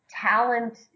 talent